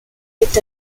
est